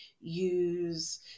use